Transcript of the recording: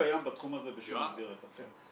לא קיים בתחום הזה בשום מסגרת אחרת.